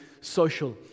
social